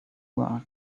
world